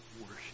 worship